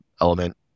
element